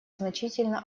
значительно